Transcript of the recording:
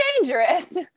dangerous